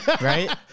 Right